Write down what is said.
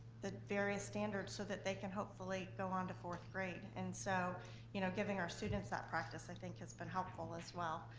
various standards so that they can hopefully go on to fourth grade. and so you know giving our students that practice i think has been helpful as well.